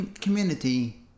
community